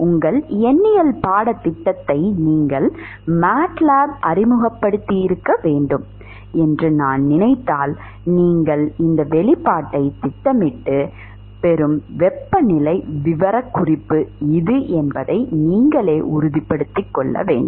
உங்கள் எண்ணியல் பாடத்திட்டத்தை நீங்கள் MATLAB அறிமுகப்படுத்தியிருக்க வேண்டும் என்று நான் நினைத்தால் நீங்கள் இந்த வெளிப்பாட்டைத் திட்டமிட்டு நீங்கள் பெறும் வெப்பநிலை விவரக்குறிப்பு இது என்பதை நீங்களே உறுதிப்படுத்திக் கொள்ள வேண்டும்